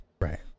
Right